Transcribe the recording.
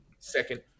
Second